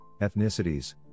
ethnicities